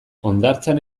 hondartzan